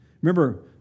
Remember